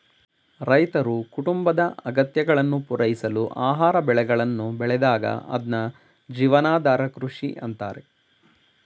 ರೈತರು ಕುಟುಂಬದ ಅಗತ್ಯಗಳನ್ನು ಪೂರೈಸಲು ಆಹಾರ ಬೆಳೆಗಳನ್ನು ಬೆಳೆದಾಗ ಅದ್ನ ಜೀವನಾಧಾರ ಕೃಷಿ ಅಂತಾರೆ